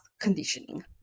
conditioning